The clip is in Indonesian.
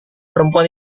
perempuan